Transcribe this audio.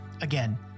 Again